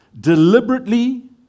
Deliberately